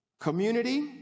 Community